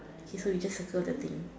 okay so we just circle the thing